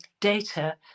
data